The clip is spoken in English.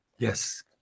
Yes